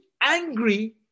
angry